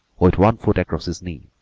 with one foot across his knee,